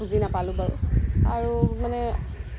বুজি নাপালোঁ বাৰু আৰু মানে